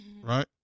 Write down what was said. right